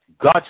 God